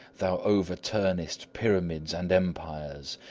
thou overturnest pyramids and empires,